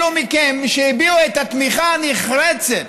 אלו מכם שהביעו את התמיכה הנחרצת,